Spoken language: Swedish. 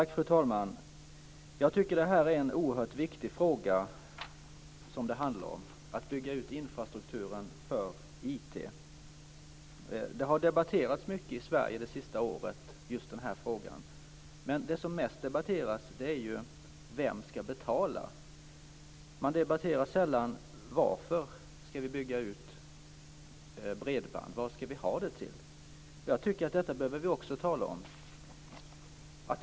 Fru talman! Jag tycker att det är en oerhört viktig fråga - att bygga ut infrastrukturen för IT. Just denna fråga har debatterats mycket i Sverige det sista året, men det som har debatterats mest är vem som ska betala. Man debatterar sällan varför vi ska bygga ut bredband och vad vi ska ha dem till. Jag tycker att vi behöver tala om detta också.